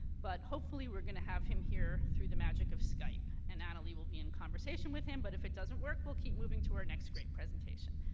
but hopefully we're going to have him here through the magic of skype. and annalee will be in conversation with him, but if it doesn't work, we'll keep moving to our next great presentation.